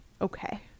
okay